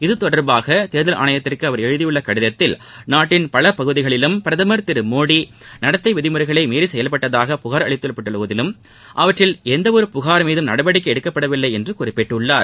இதுதொடர்பாக தேர்தல் ஆணையத்திற்கு அவர் எழுதியுள்ள கடிதத்தில் நாட்டின் பல பகுதிகளிலும் பிரதமர் திரு மோடி நடத்தை விதிமுறைகளை மீறி செயல்பட்டதாக புகார் அளித்துள்ள போதிலும் அவற்றில் எந்த ஒரு புகார் மீதும் நடவடிக்கை எதுவும் எடுக்கப்படவில்லை என்று குறிப்பிட்டுள்ளார்